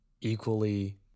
equally